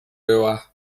była